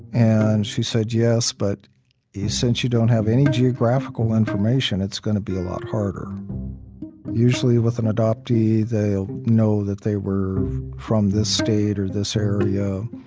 and she said yes, but since you don't have any geographical information it's going to be a lot harder usually with an adoptee, they'll know that they were from this state or this area